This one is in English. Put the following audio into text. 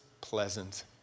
pleasant